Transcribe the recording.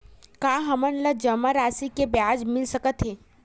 का हमन ला जमा राशि से ब्याज मिल सकथे?